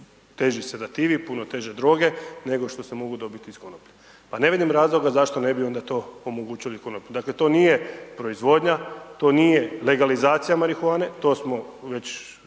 teži sedativi, puno teže droge, nego što se mogu dobiti iz konoplje. Pa ne vidim razloga zašto ne bi onda to omogućili konoplju. Dakle, to nije proizvodnja, to nije legalizacija marihuane, to smo već